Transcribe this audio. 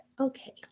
okay